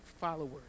followers